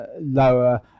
lower